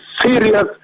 serious